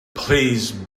please